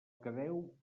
deu